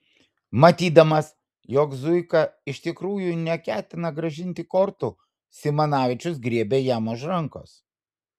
matydamas jog zuika iš tikrųjų neketina grąžinti kortų simanavičius griebė jam už rankos